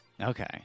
Okay